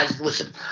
Listen